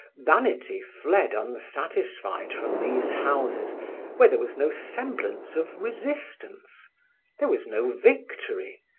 vanity fled unsatisfied from these houses where there was no semblance of resistance there was no victory,